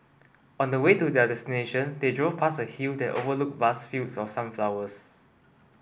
on the way to their destination they drove past a hill that overlooked vast fields of sunflowers